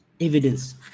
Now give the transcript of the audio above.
evidence